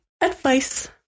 advice